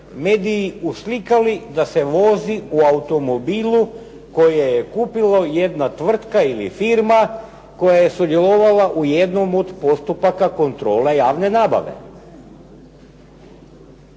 mediji uslikali da se vozi u automobilu koje je kupilo jedna tvrtka ili firma koja je sudjelovala u jednom od postupaka kontrola javne nabave.